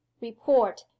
Report